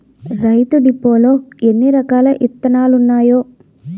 రైతు డిపోలో ఎన్నిరకాల ఇత్తనాలున్నాయో